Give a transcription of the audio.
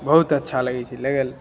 बहुत अच्छा लगैत छै लगल